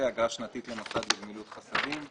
89.אגרות השר, באישור ועדת הכספים של הכנסת,